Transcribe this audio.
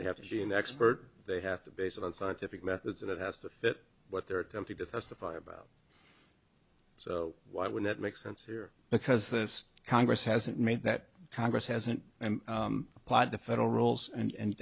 they have to see an expert they have to base it on scientific methods and it has to fit what they're attempting to testify about so why would that make sense here because this congress hasn't made that congress hasn't applied the federal rules and